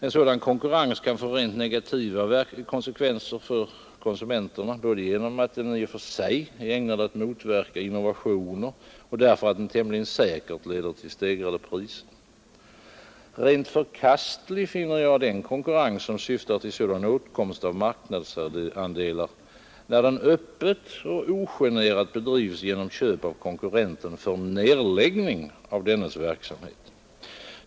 En sådan konkurrens kan få rent negativa konsekvenser för konsumenterna både genom att den i och för sig är ägnad att motverka innovationer och därför att den tämligen säkert leder till stegrade priser. Rent förkastlig finner jag den konkurrens som syftar till sådan åtkomst av marknadsandelar när den öppet och ogenerat bedrives genom köp av konkurrenten för nedläggning av dennes verksamhet.